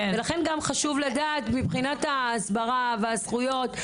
ולכן גם חשוב לדעת מבחינת ההסברה והזכויות,